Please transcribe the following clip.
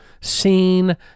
seen